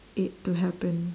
it to happen